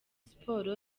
sports